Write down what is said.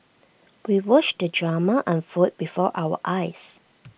we watched the drama unfold before our eyes